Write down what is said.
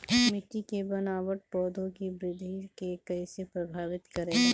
मिट्टी के बनावट पौधों की वृद्धि के कईसे प्रभावित करेला?